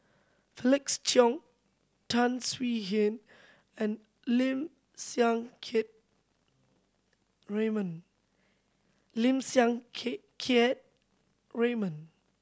Felix Cheong Tan Swie Hian and Lim Siang Keat Raymond